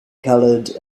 coloured